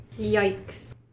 Yikes